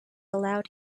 allowed